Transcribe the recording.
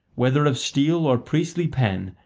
whether of steel or priestly pen,